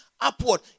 upward